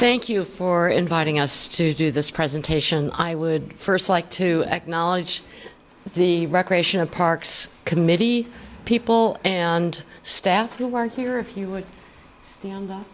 thank you for inviting us to do this presentation i would first like to acknowledge the recreation and parks committee people and staff who work here if you would